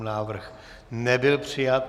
Návrh nebyl přijat.